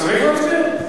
צריך להצביע?